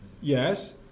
Yes